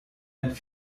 and